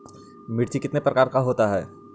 मिर्ची कितने प्रकार का होता है?